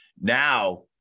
Now